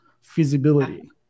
feasibility